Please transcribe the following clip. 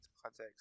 Context